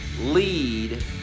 lead